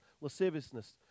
lasciviousness